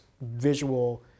visual